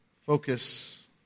focus